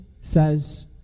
says